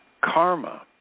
karma